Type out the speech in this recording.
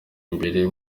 imbere